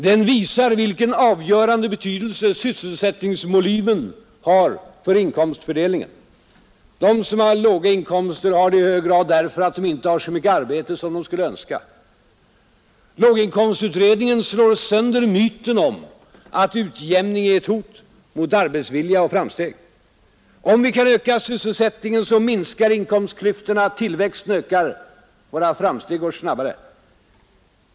Den visar vilken avgörande betydelse sysselsättningsvolymen har för inkomstfördelningen. De som har låga inkomster har det i hög grad därför att de inte har så mycket arbete som de skulle önska. Låginkomstutredningen slår sönder myten om att utjämning är ett hot mot arbetsvilja och framsteg. Om vi kan öka sysselsättningen så minskar inkomstklyftorna, tillväxten ökar, våra framsteg går snabbare.